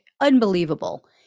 Unbelievable